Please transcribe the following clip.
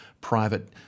private